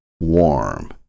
warm